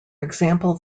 example